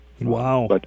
Wow